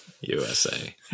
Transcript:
USA